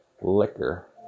liquor